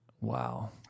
Wow